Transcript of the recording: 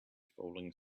falling